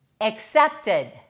accepted